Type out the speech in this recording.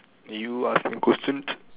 you are asking question